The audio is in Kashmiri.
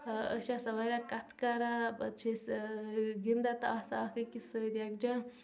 أسۍ چھِ آسان واریاہ کَتھ کَران پَتہٕ چھِ أسۍ گِنٛدان تہٕ آسان اَکھ أکِس سۭتۍ یَکجاہ